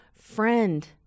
friend